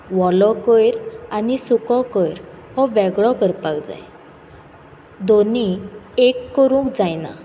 ओलो कोयर आनी सुको कोयर हो वेगळो करपाक जाय दोनी एक करूंक जायना